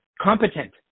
competent